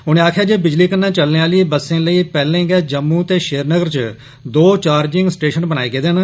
उनें अक्खेआ जे बिजली कन्ने चलने अहली बसें लेई पैहलें गै जम्मू ते श्रीनगर च दो चार्जिंग स्टेशन बनाये गेदे न